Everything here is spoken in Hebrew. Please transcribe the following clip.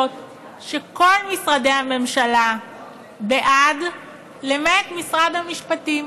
שכל משרדי הממשלה בעד למעט משרד המשפטים.